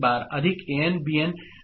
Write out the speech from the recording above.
Bn' An